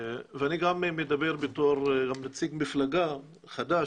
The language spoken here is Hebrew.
ואני גם מדבר בתור נציג מפלגה חד"ש,